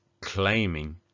claiming